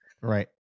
Right